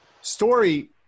story